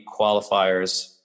qualifiers